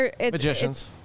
magicians